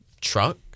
truck